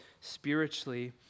spiritually